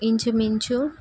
ఇంచుమించు